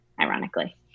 ironically